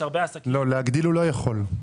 להגדיל הוא לא יכול.